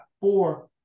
four